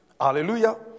Hallelujah